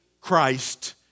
Christ